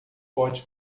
pode